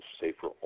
safer